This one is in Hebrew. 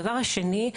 הדבר השני,